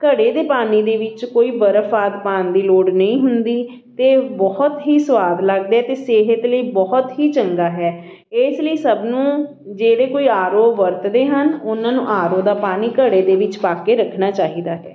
ਘੜੇ ਦੇ ਪਾਣੀ ਦੇ ਵਿੱਚ ਕੋਈ ਬਰਫ ਆਦਿ ਪਾਉਣ ਦੀ ਲੋੜ ਨਹੀਂ ਹੁੰਦੀ ਅਤੇ ਬਹੁਤ ਹੀ ਸਵਾਦ ਲੱਗਦਾ ਅਤੇ ਸਿਹਤ ਲਈ ਬਹੁਤ ਹੀ ਚੰਗਾ ਹੈ ਇਸ ਲਈ ਸਭ ਨੂੰ ਜਿਹੜੇ ਕੋਈ ਆਰ ਓ ਵਰਤਦੇ ਹਨ ਉਹਨਾਂ ਨੂੰ ਆਰ ਓ ਦਾ ਪਾਣੀ ਘੜੇ ਦੇ ਵਿੱਚ ਪਾ ਕੇ ਰੱਖਣਾ ਚਾਹੀਦਾ ਹੈ